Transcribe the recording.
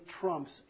trumps